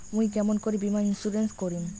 মুই কেমন করি বীমা ইন্সুরেন্স করিম?